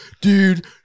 dude